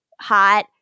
hot